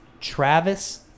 Travis